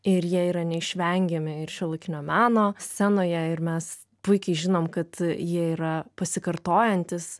ir jie yra neišvengiami ir šiuolaikinio meno scenoje ir mes puikiai žinom kad jie yra pasikartojantys